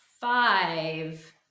five